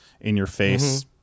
in-your-face